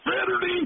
Saturday